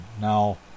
Now